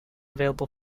available